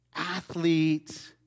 athletes